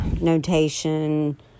notation